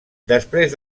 després